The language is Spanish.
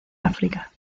áfrica